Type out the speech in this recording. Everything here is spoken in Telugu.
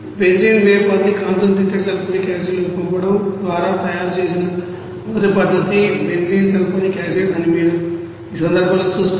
బెంజీన్ వేపర్ ని కాన్సన్ట్రేటెడ్ సల్ఫ్యూరిక్ యాసిడ్లోకి పంపడం ద్వారా తయారు చేసిన మొదటి పద్ధతి బెంజీన్ షుల్ఫోనిక్ యాసిడ్ అని మీరు ఈ సందర్భంలో చూస్తారు